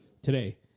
today